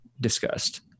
discussed